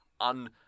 un-